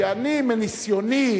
שאני מניסיוני,